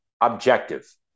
objective